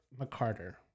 McCarter